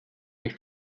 mich